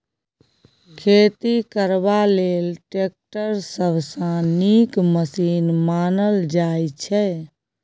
खेती करबा लेल टैक्टर सबसँ नीक मशीन मानल जाइ छै